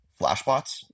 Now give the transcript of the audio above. Flashbots